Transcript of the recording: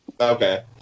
Okay